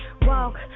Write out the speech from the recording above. walk